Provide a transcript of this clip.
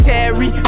Terry